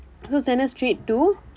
so send her straight to